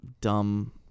dumb